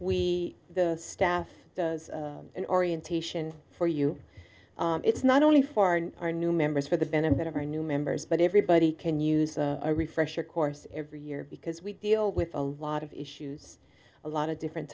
we the staff does an orientation for you it's not only for our new members for the benefit of our new members but everybody can use a refresher course every year because we deal with a lot of issues a lot of different